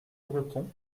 breton